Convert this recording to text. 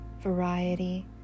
variety